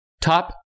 top